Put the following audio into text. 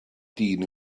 dyn